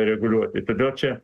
reguliuoti todėl čia